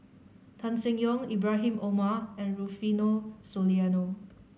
Tan Seng Yong Ibrahim Omar and Rufino Soliano